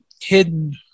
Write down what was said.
hidden